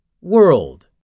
World